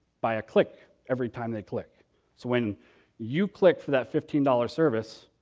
by a click every time they click. so when you click for that fifteen dollars service,